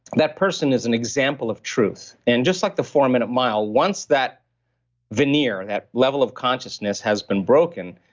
that person is an example of truth. and just like the four-minute mile, once that veneer, that level of consciousness has been broken,